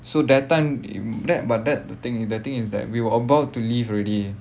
so that time in that but that the thing the thing is that we were about to leave already